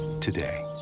today